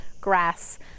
grass